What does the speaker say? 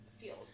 field